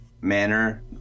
manner